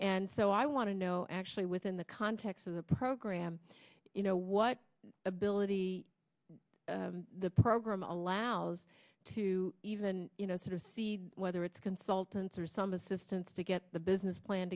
and so i want to know actually within the context of the program you know what ability the program allows to even you know sort of see whether it's consultants or some assistance to get the business plan